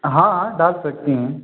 हाँ हाँ डाल सकती हैं